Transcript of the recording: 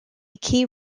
key